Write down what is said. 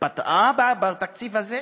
התבטאה בתקציב הזה?